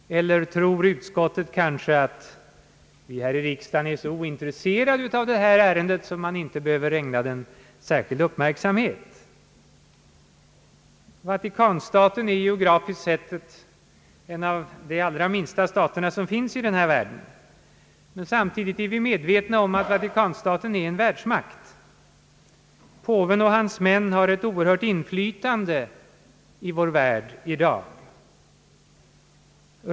Eller tror utskottet kanske att vi här i riksdagen är så ointresserade av detta ärende att det inte behöver ägnas särskild uppmärksamhet? Vatikanstaten är geografiskt sett en av de alira minsta stater som finns i denna värld. Men samtidigt är vi medvetna om att Vatikanstaten är en världsmakt. Påven och hans män har ett mycket stort inflytande i vår värld i dag.